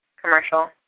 commercial